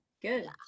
good